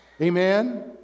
Amen